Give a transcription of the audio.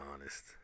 honest